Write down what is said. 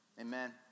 Amen